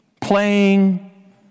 playing